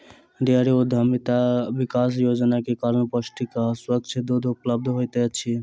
dairy उद्यमिता विकास योजना के कारण पौष्टिक आ स्वच्छ दूध उपलब्ध होइत अछि